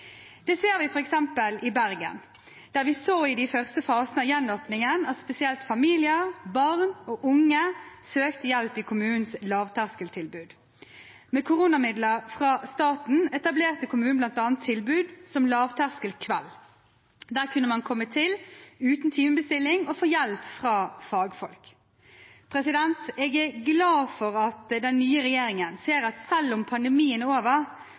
Det ser vi f.eks. i Bergen, der vi så i de første fasene av gjenåpningen at spesielt familier, barn og unge søkte hjelp i kommunens lavterskeltilbud. Med koronamidler fra staten etablerte kommunen bl.a. tilbud som Lavterskel kveld. Dit kunne man komme uten timebestilling og få hjelp fra fagfolk. Jeg er glad for at den nye regjeringen ser at selv om pandemien er over,